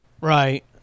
Right